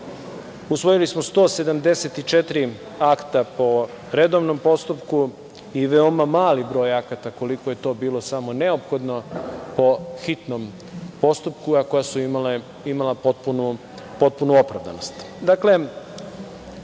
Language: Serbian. Srbije. Usvojili smo 174 akta po redovnom postupku i veoma mali broj akata, koliko je bilo samo neophodno po hitnom postupku, a koja su imala potpunu opravdanost. Što